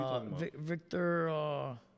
victor